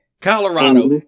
Colorado